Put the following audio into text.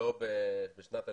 שלא בשנת הלימודים,